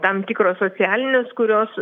tam tikros socialinės kurios